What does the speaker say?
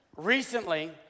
Recently